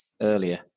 earlier